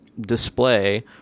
display